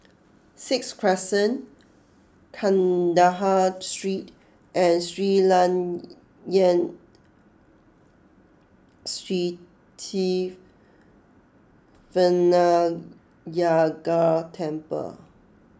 Sixth Crescent Kandahar Street and Sri Layan Sithi Vinayagar Temple